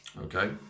okay